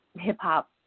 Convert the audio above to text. hip-hop